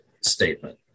statement